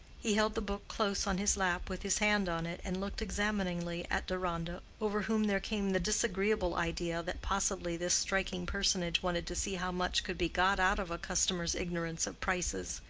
he held the book close on his lap with his hand on it and looked examiningly at deronda, over whom there came the disagreeable idea, that possibly this striking personage wanted to see how much could be got out of a customer's ignorance of prices.